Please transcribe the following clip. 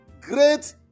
great